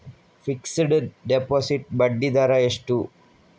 Fixed deposit ಬಡ್ಡಿ ದರ ಎಷ್ಟು?